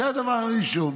זה הדבר הראשון.